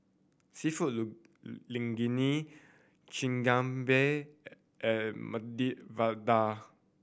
Seafood Linguine Chigenabe and Medu Vada